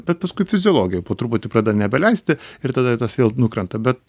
bet paskui fiziologija po truputį pradeda nebeleisti ir tada tas vėl nukrenta bet